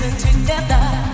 together